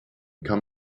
kann